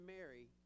Mary